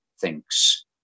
thinks